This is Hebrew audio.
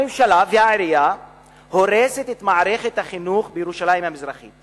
הממשלה והעירייה הורסות את מערכת החינוך במזרח העיר.